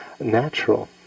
natural